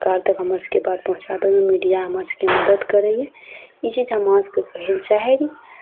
सरकार तक हमर सबके बात पहुँचाबयमे मीडिया हमर सबके मदति करय यऽ ई चीज हम अहाँ सबके कहय लए चाहय री